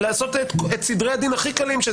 לעשות את סדרי הדין הכי קלים.